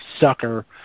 sucker